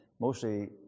mostly